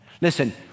Listen